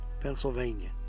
Pennsylvania